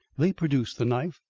they produced the knife.